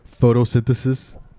photosynthesis